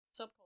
subculture